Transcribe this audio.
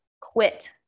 quit